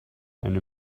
eine